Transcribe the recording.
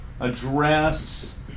Address